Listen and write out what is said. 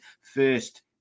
first